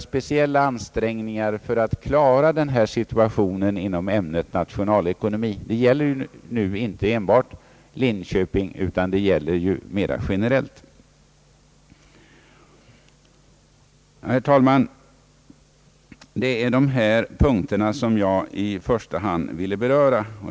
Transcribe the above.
speciella ansträngningar för att klara denna situation inom ämnet nationalekonomi — det gäller nu inte enbart tekniska högskolan i Linköping utan mera generellt? Herr talman! Det är dessa punkter som jag i första hand har velat beröra.